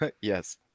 Yes